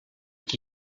qui